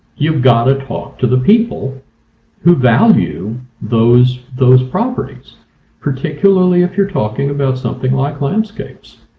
you've got to talk to the people who value those those properties particularly if you're talking about something like landscapes.